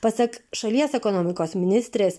pasak šalies ekonomikos ministrės